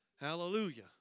Hallelujah